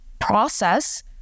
process